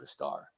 superstar